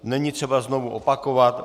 Není třeba znovu opakovat.